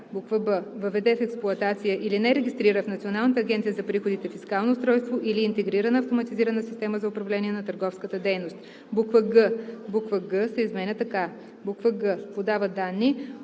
така: „б) въведе в експлоатация или не регистрира в Националната агенция за приходите фискално устройство или интегрирана автоматизирана система за управление на търговската дейност;“ г) буква „г“ се изменя така: „г) подава данни